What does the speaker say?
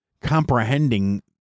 comprehending